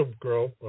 girl